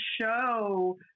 show